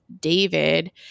David